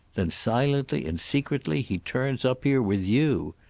then silently and secretly he turns up here with you.